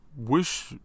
Wish